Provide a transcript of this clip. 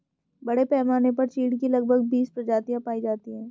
बड़े पैमाने पर चीढ की लगभग बीस प्रजातियां पाई जाती है